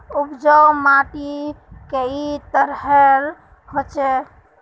उपजाऊ माटी कई तरहेर होचए?